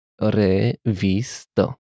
Revista